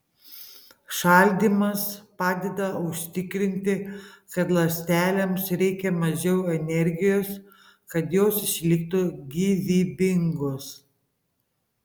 šaldymas padeda užtikrinti kad ląstelėms reikia mažiau energijos kad jos išliktų gyvybingos